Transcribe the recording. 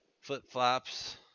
flip-flops